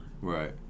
Right